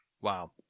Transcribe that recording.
Wow